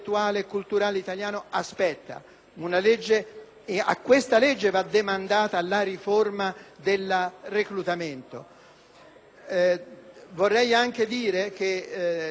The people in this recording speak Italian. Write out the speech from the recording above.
a questa legge va demandata la riforma del reclutamento.